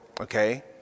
Okay